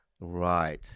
Right